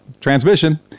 transmission